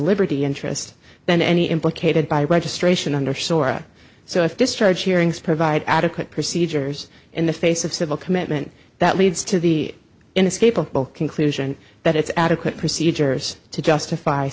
liberty interest than any implicated by registration under sora so if discharge hearings provide adequate procedures in the face of civil commitment that leads to the inescapable conclusion that it's adequate procedures to justify